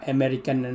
American